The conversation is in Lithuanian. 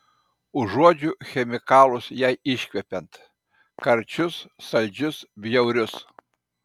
užuodžiu chemikalus jai iškvepiant karčius saldžius bjaurius